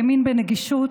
האמין בנגישות,